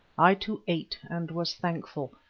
i too ate and was thankful,